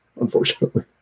unfortunately